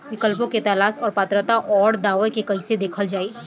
विकल्पों के तलाश और पात्रता और अउरदावों के कइसे देखल जाइ?